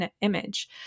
image